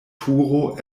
turo